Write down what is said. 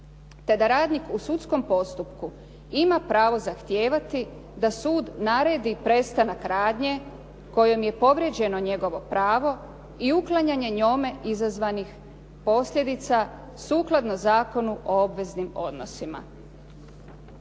te da radnik u sudskom postupku ima pravo zahtijevati da sud naredi prestanak radnje kojim je povrijeđeno njegovo pravo i uklanjanje njome izazvanih posljedica sukladno Zakonu o obveznim odnosima.